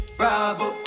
bravo